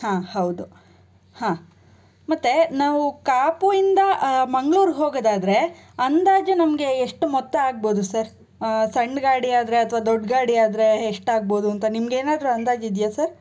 ಹಾಂ ಹೌದು ಹಾಂ ಮತ್ತೆ ನಾವು ಕಾಪು ಇಂದ ಮಂಗಳೂರು ಹೋಗೋದಾದರೆ ಅಂದಾಜು ನಮಗೆ ಎಷ್ಟು ಮೊತ್ತ ಆಗ್ಭೌದು ಸರ್ ಸಣ್ಣ ಗಾಡಿಯಾದರೆ ಅಥವಾ ದೊಡ್ಡ ಗಾಡಿಯಾದರೆ ಎಷ್ಟಾಗ್ಭೌದು ಅಂತ ನಿಮಗೇನಾದ್ರೂ ಅಂದಾಜು ಇದೆಯಾ ಸರ್